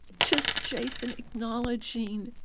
just jason acknowledging,